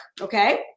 okay